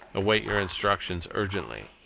await your instructions urgently.